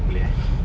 boleh ah